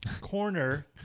corner